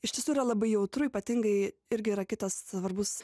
iš tiesų yra labai jautru ypatingai irgi yra kitas svarbus